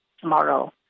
tomorrow